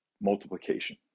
multiplication